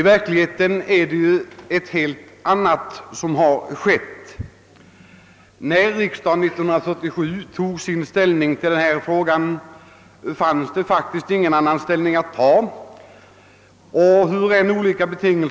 Verkligheten är helt annorlunda. När riksdagen år 1947 tog ställning till frågan om atomkraftsverksamheten fanns det faktiskt inte möjlighet för riksdagen att inta någon annan ståndpunkt än den gjorde.